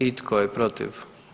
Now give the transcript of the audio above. I tko je protiv?